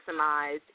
maximized